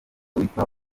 witwa